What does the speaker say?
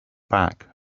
back